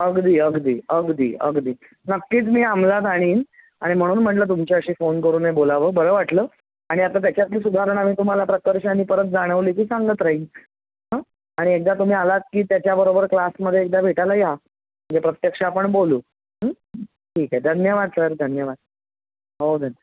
अगदी अगदी अगदी अगदी नक्कीच मी अमलात आणेन आणि म्हणून म्हटलं तुमच्याशी फोन करून हे बोलावं बरं वाटलं आणि आता त्याच्यातली सुधारणा मी तुम्हाला प्रकर्षाने परत जाणवली की सांगत राहीन आणि एकदा तुम्ही आलात की त्याच्याबरोबर क्लासमधे एकदा भेटायला या म्हणजे प्रत्यक्ष आपण बोलू ठीक आहे धन्यवाद सर धन्यवाद हो धन्यवाद